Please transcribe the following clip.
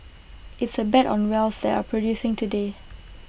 it's A bet on wells that are producing today